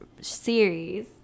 series